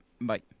Bye